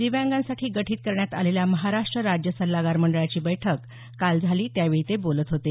दिव्यांगांसाठी गठित करण्यात आलेल्या महाराष्ट्र राज्य सल्लागार मंडळाची बैठक काल झाली त्यावेळी ते बोलत होते